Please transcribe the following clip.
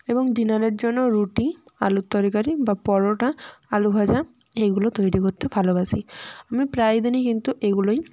এবং ডিনারের জন্যও রুটি আলুর তরকারি বা পরটা আলুভাজা এইগুলো তৈরি করতে ভালোবাসি আমি প্রায় দিনই কিন্তু এইগুলোই